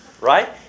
right